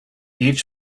each